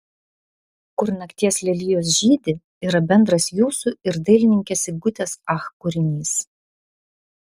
kur nakties lelijos žydi yra bendras jūsų ir dailininkės sigutės ach kūrinys